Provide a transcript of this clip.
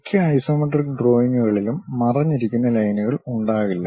മിക്ക ഐസോമെട്രിക് ഡ്രോയിംഗുകളിലും മറഞ്ഞിരിക്കുന്ന ലൈനുകൾ ഉണ്ടാകില്ല